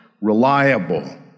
reliable